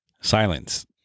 Silence